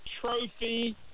trophy